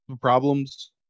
problems